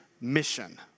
mission